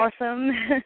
awesome